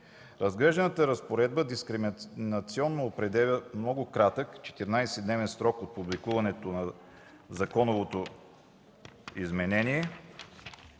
Разглежданата разпоредба дискриминационно определя много по-кратък – 14-дневен срок от публикуване на законовото изменение,